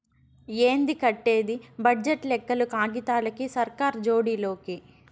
ఏంది కట్టేది బడ్జెట్ లెక్కలు కాగితాలకి, సర్కార్ జోడి లోకి